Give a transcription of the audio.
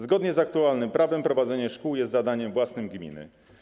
Zgodnie z aktualnym prawem prowadzenie szkół jest zadaniem własnym gminy.